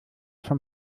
von